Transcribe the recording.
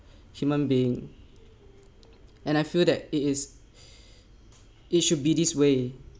human being and I feel that it is it should be this way